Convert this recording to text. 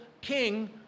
king